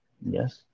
Yes